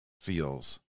feels